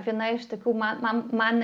viena iš tokių man man man